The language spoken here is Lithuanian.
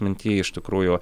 minty iš tikrųjų